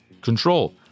control